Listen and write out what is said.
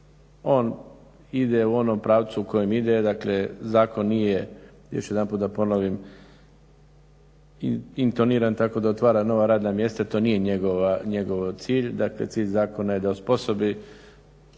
On ide u onom pravcu u kojem ide, dakle zakon nije, još jedanput da ponovim, intoniran tako da otvara nova mjesta, jer to nije njegov cilj. Dakle, cilj zakona je da osposobi